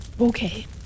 Okay